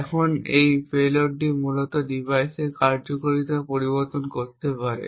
এখন এই পেলোডটি মূলত ডিভাইসের কার্যকারিতা পরিবর্তন করতে পারে